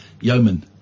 Yeoman